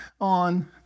on